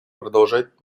продолжать